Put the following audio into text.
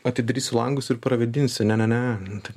atidarysiu langus ir pravėdinsi ne ne ne taip